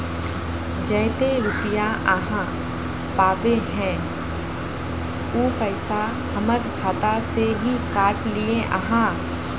जयते रुपया आहाँ पाबे है उ पैसा हमर खाता से हि काट लिये आहाँ?